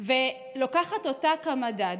ולוקחת אותה כמדד,